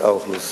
אורי.